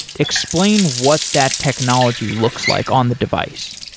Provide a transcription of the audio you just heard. explain what that technology looks like on the device.